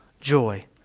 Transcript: joy